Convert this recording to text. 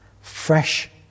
fresh